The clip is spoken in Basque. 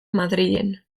madrilen